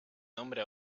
nombre